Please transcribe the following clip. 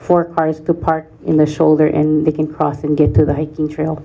for cars to park in the shoulder and they can cross and get to the hiking trail